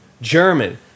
German